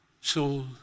soul